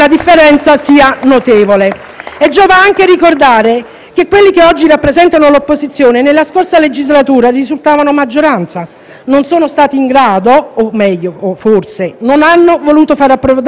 Giova anche ricordare che coloro che oggi rappresentano l'opposizione, nella scorsa legislatura risultavano maggioranza: non sono stati in grado o meglio, forse, non hanno voluto far approdare in Aula il provvedimento.